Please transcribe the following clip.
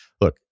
look